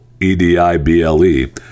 E-D-I-B-L-E